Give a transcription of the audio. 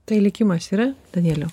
tai likimas yra danieliau